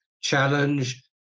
challenge